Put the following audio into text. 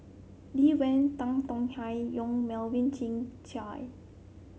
Lee Wen Tan Tong Hye Yong Melvin Chye